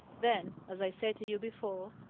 then, as i said to you before,